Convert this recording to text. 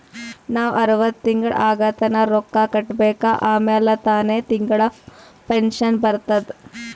ನಾವ್ ಅರ್ವತ್ ವರ್ಷ ಆಗತನಾ ರೊಕ್ಕಾ ಕಟ್ಬೇಕ ಆಮ್ಯಾಲ ತಾನೆ ತಿಂಗಳಾ ಪೆನ್ಶನ್ ಬರ್ತುದ್